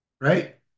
right